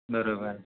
बरोबर